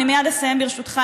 אני מייד אסיים, ברשותך.